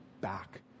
back